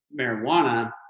marijuana